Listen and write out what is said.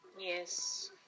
Yes